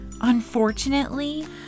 Unfortunately